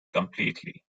completely